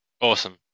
Awesome